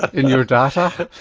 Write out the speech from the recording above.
in your data?